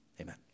amen